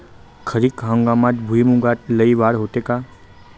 खरीप हंगामात भुईमूगात लई वाढ होते का?